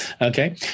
okay